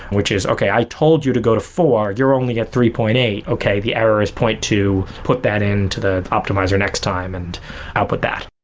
which is, okay, i told you to go to four, you're only at three point eight. okay, the error is zero point two, put that into the optimizer next time and output that.